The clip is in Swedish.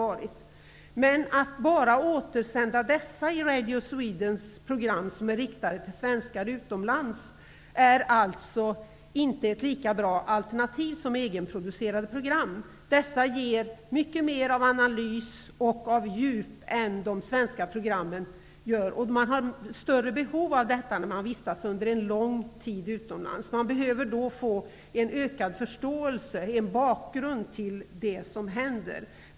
Att bara återsända dessa sändningar i Radio Swedens program, som är riktade till svenskar utomlands, är inte ett lika bra alternativ som egenproducerade program. Dessa ger mycket mer av analys och av djup än de svenska programmen gör, och man har större behov av detta när man under en lång tid vistas utomlands. Man behöver då få en ökad förståelse, en bakgrund till det som händer.